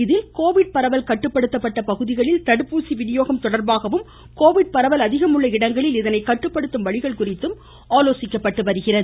இதில் கோவிட் பரவல் கட்டுப்படுத்தப்பட்ட பகுதிகளில் தடுப்பூசி வினியோகம் தொடர்பாகவும் கோவிட் பரவல் அதிகம் உள்ள இடங்களில் இதனை கட்டுப்படுத்தும் வழிகள் குறித்தும் ஆலோசிக்கப்பட்டு வருகிறது